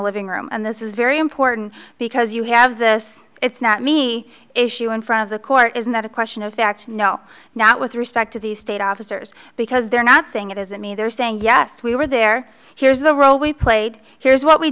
living room and this is very important because you have this it's not me issue in front of the court isn't that a question of fact no not with respect to the state officers because they're not saying it isn't me they're saying yes we were there here's the role we played here's what we